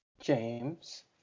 James